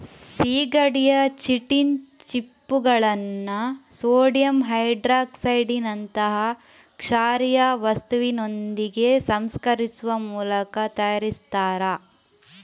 ಸೀಗಡಿಯ ಚಿಟಿನ್ ಚಿಪ್ಪುಗಳನ್ನ ಸೋಡಿಯಂ ಹೈಡ್ರಾಕ್ಸೈಡಿನಂತಹ ಕ್ಷಾರೀಯ ವಸ್ತುವಿನೊಂದಿಗೆ ಸಂಸ್ಕರಿಸುವ ಮೂಲಕ ತಯಾರಿಸ್ತಾರೆ